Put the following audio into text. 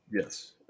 Yes